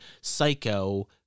psycho